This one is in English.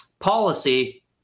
Policy